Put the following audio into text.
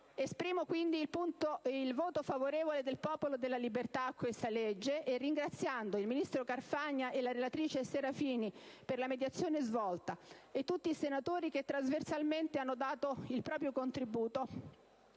Dichiaro quindi il voto favorevole del Popolo della Libertà a questa legge ringraziando il ministro Carfagna e la relatrice, senatrice Serafini, per la mediazione svolta, e tutti i senatori che trasversalmente hanno dato il proprio contributo,